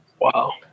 Wow